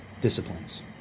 disciplines